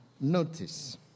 Notice